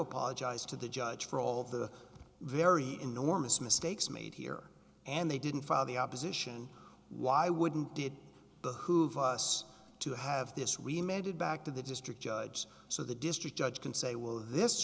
apologize to the judge for all of the very enormous mistakes made here and they didn't follow the opposition why wouldn't did the who've us to have this really made it back to the district judge so the district judge can say well this